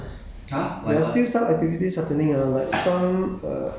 but 还是 uh there are still some activities happening ah